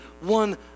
one